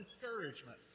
Discouragement